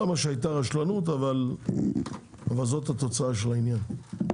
לא אומר שהייתה רשלנות, אבל זאת התוצאה של העניין,